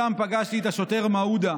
שם פגשתי את השוטר מעודה,